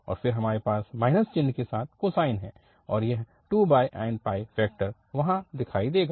और फिर हमारे पास चिह्न के साथ कोसाइन है और यह 2nπ फैक्टर वहां दिखाई देगा